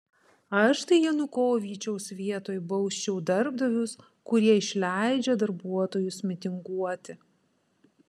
aš tai janukovyčiaus vietoj bausčiau darbdavius kurie išleidžia darbuotojus mitinguoti